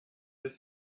this